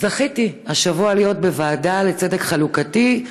זכיתי השבוע להיות בוועדה לצדק חלוקתי,